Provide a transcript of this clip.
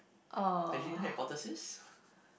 hygiene hypothesis